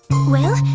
well,